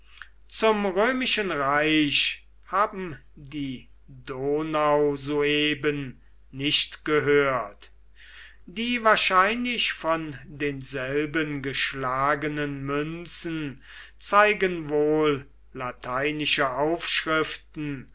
zum römischen reich haben die donausueben nicht gehört die wahrscheinlich von denselben geschlagenen münzen zeigen wohl lateinische aufschriften